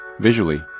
Visually